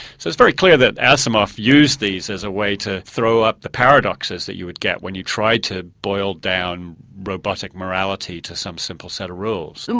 so it's very clear that asimov used these as a way to throw up the paradoxes you would get when you tried to boil down robotic morality to some simple set of rules.